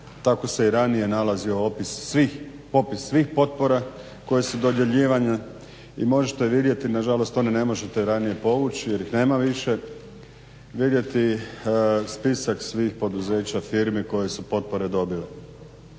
tako se i ranije nalazio opis svih popis svih potpora koje su dodjeljivane i možete vidjeti nažalost to ni ne možete ranije povući jer nema više vidjeti spisak svih poduzeća, firmi koje su potpore dobile.